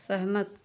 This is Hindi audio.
सहमत